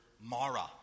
mara